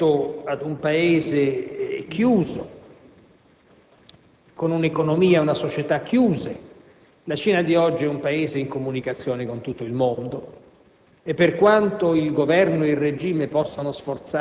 D'altro canto, rispetto ad un Paese chiuso, con un'economia e una società chiuse, la Cina di oggi è un Paese in comunicazione con tutto il mondo.